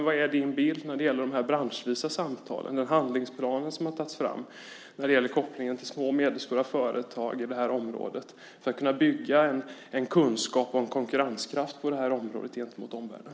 Vad är din bild av de branschvisa samtalen och den handlingsplan som har tagits fram när det gäller kopplingen till små och medelstora företag i det här området för att kunna bygga en kunskap och konkurrenskraft gentemot omvärlden?